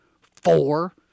four